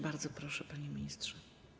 Bardzo proszę, panie ministrze.